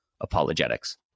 apologetics